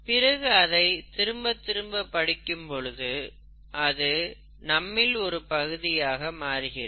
பிறகு அதை திரும்ப திரும்ப படிக்கும் பொழுது அது நம்மில் ஒரு பகுதியாக மாறுகிறது